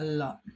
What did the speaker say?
ಅಲ್ಲ